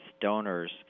donors